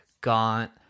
Gaunt